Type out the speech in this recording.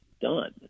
done